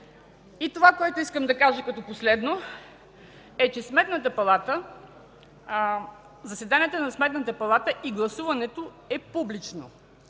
И това, което искам да кажа като последно, е, че заседанията на Сметната палата и гласуването са публични.